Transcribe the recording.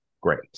great